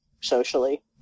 socially